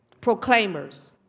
proclaimers